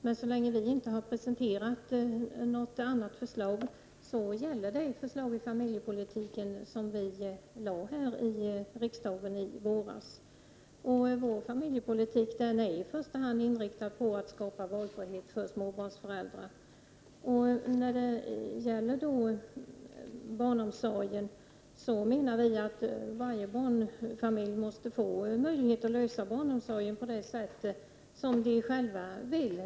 Men så länge centern inte har presenterat något annat förslag så gäller det förslag om familjepolitik som vi lade fram i riksdagen i våras. Vår familjepolitik är i första hand inriktad på att det skall skapas valfrihet för småbarnsföräldrar. Vi menar att varje barnfamilj skall få möjlighet att ordna sin barnomsorg på det sätt som den själv vill.